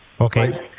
Okay